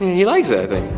he likes it i think.